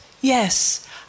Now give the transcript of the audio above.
yes